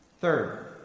Third